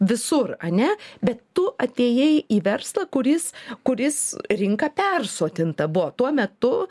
visur ane bet tu atėjai į verslą kuris kuris rinka persotinta buvo tuo metu